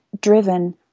driven